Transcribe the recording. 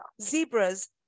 zebras